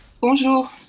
Bonjour